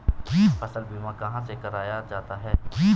फसल बीमा कहाँ से कराया जाता है?